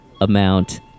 amount